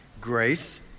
grace